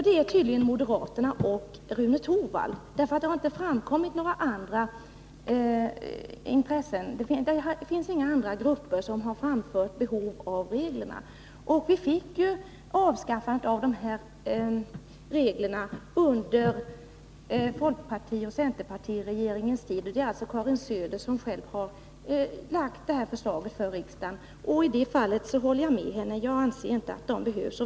Det är tydligen moderaterna och Rune Torwald som gör det. Inga andra grupper har framfört önskemål om att bestämmelserna behålls. Dessa bestämmelser avskaffades under folkpartioch centerpartiregeringens tid. Det är alltså Karin Söder som har lagt fram förslaget för riksdagen. Och jag håller med henne om att bestämmelserna inte behövs.